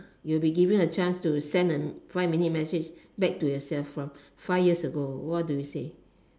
you will be given a chance to send a five minute message back to yourself from five years ago what do you say